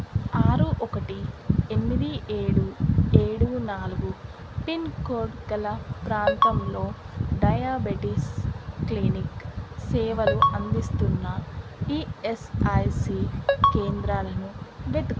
ఆరు ఒకటి ఎనిమిది ఏడు ఏడు నాలుగు పిన్ కోడ్ గల ప్రాంతంలో డయాబెటీస్ క్లినిక్ సేవను అందిస్తున్న నా ఈఎస్ఐసి కేంద్రాలను వెతుకు